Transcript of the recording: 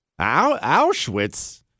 Auschwitz